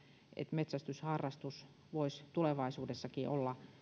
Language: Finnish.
metsästysharrastus voisi tulevaisuudessakin olla